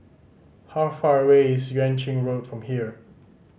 how far away is Yuan Ching Road from here